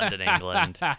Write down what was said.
England